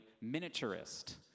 miniaturist